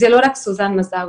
זה לא רק סוזן מזאוי,